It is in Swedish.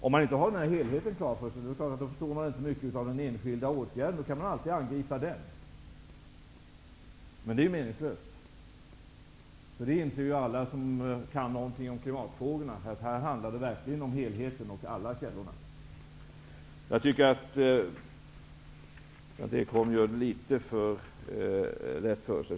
Om man inte har den här helheten klar för sig förstår man naturligtvis inte mycket av den enskilda åtgärden, och då kan man alltid angripa den, men det är ju meningslöst. Alla som kan någonting om klimatfrågorna inser ju att det verkligen handlar om helheten och alla källorna. Jag tycker att Berndt Ekholm gör det litet för lätt för sig.